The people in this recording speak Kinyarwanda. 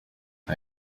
nta